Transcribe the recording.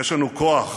יש לנו כוח,